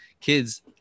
kids